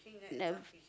that